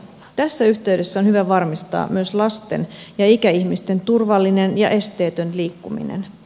tässä yhteydessä on hyvä varmistaa myös lasten ja ikäihmisten turvallinen ja esteetön liikkuminen